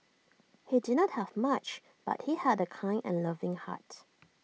he did not have much but he had A kind and loving heart